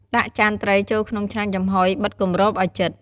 ដាក់ចានត្រីចូលក្នុងឆ្នាំងចំហុយ បិទគម្របឲ្យជិត។